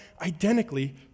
identically